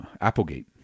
Applegate